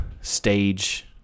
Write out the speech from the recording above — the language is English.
stage